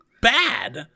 bad